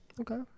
Okay